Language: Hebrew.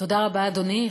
תודה רבה, אדוני.